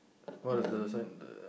what does the sign